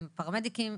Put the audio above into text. פראמדיקים,